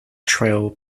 trail